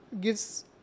gives